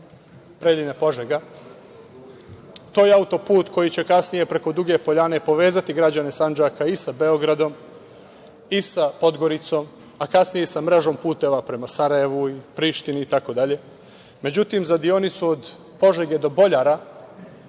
Preljina-Požega. To je autoput koji će kasnije preko Duge Poljane povezati građane Sandžaka i sa Beogradom i sa Podgoricom, a kasnije i sa mrežom puteva prema Sarajevu, Prištini itd. Međutim, za deonicu od Požege do Boljara